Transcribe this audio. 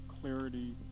clarity